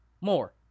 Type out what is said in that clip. More